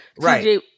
Right